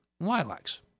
lilacs